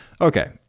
Okay